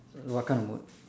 what kind of mood